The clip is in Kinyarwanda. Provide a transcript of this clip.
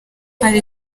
hari